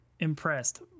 Impressed